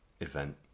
event